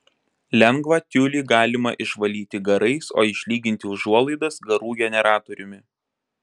lengvą tiulį galima išvalyti garais o išlyginti užuolaidas garų generatoriumi